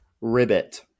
ribbit